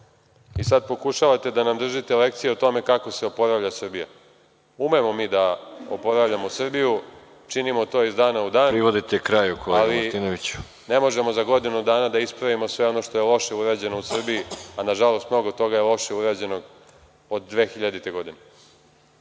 i sada pokušavate da nam držite lekcije o tome kako se oporavlja Srbija. Umemo mi da oporavljamo Srbiju, činimo to iz dana u dan, ali ne možemo za godinu dana da ispravimo sve ono što je loše urađeno u Srbiji, a na žalost mnogo toga lošeg je urađeno od 2000. godine.